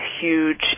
huge